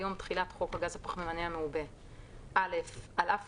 יום תחילת חוק הגז הפחמימני המעובה 2 2. (א)על אף